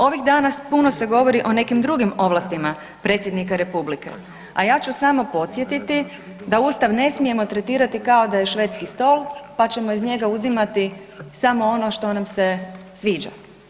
Ovih dana puno se govori o nekim drugim ovlastima predsjednika Republike, a ja ću samo podsjetiti da Ustav ne smijemo tretirati kao da je švedski stol pa ćemo iz njega uzimati samo ono što nam se sviđa.